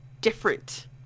different